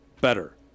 better